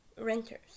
renters